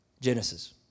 Genesis